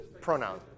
pronoun